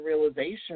realization